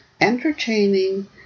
entertaining